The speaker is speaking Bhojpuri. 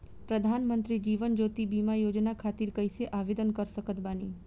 प्रधानमंत्री जीवन ज्योति बीमा योजना खातिर कैसे आवेदन कर सकत बानी?